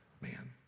man